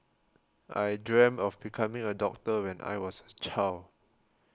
I dreamt of becoming a doctor when I was a child